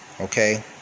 okay